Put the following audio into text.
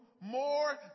more